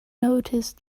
noticed